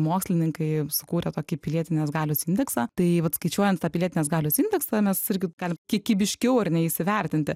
mokslininkai sukūrė tokį pilietinės galios indeksą tai vat skaičiuojant pilietinės galios indeksą mes irgi galim kiekybiškiau ar ne įsivertinti